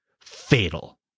fatal